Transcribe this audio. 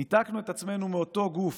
ניתקנו את עצמנו מאותו גוף,